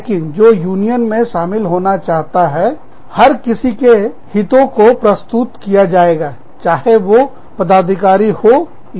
लेकिन जो यूनियन में शामिल होना चाहता हैहर किसी के हितों को प्रस्तुत किया जाएगा चाहे वे पदाधिकारी हो या नहीं